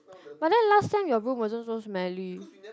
but then last sem your room also so smelly